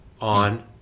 on